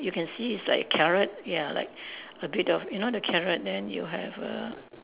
you can see it's like carrot ya like a bit of you know the carrot then you have a